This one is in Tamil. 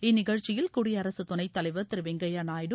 இந்நிகழ்ச்சியில் குடியரசுத் துணைத்தலைவர் திரு வெங்கப்யா நாயுடு